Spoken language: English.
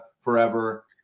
forever